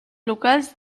locals